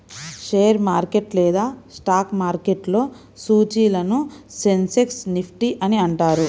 share market లేదా stock మార్కెట్లో సూచీలను సెన్సెక్స్, నిఫ్టీ అని అంటారు